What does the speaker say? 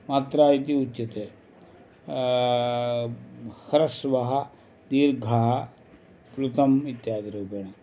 मात्रा इति उच्यते ह्रस्वः दीर्घः प्लुतम् इत्यादिरूपेण